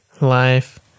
life